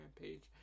rampage